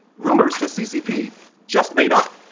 rumors the ccp just made up.